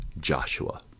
Joshua